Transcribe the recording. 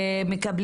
להיכנס